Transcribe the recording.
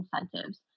incentives